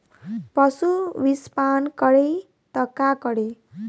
पशु विषपान करी त का करी?